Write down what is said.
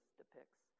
depicts